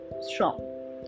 strong